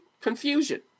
confusion